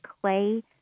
clay